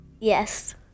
Yes